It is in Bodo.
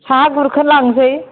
साहा गुरखोलांनोसै